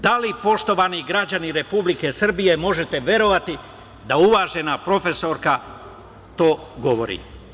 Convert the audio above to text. Da li poštovani građani Republike Srbije možete verovati da uvažena profesorka to govori.